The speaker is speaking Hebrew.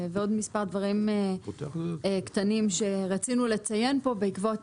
ועוד כמה דברים קטנים שרצינו לציין פה בעקבות